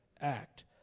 act